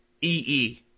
EE